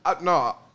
no